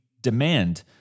demand